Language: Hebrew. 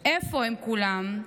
/ איפה הם כולם,